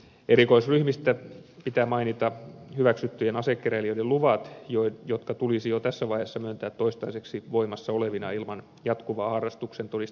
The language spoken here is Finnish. erikoisryhmistä pitää mainita hyväksyttyjen asekeräilijöiden luvat jotka tulisi jo tässä vaiheessa myöntää toistaiseksi voimassa olevina ilman jatkuvaa harrastuksen todistamistaakkaa